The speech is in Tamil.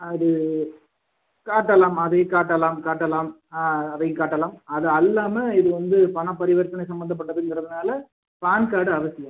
அது காட்டலாம் அதையும் காட்டலாம் காட்டலாம் அதையும் காட்டலாம் அது அல்லாமல் இது வந்து பண பரிவர்த்தனை சம்மந்தப்பட்டதுங்கிறதுனால பான் கார்டு அவசியம்